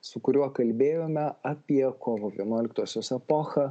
su kuriuo kalbėjome apie kovo vienuoliktosios epochą